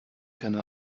keine